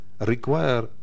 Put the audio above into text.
require